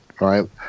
right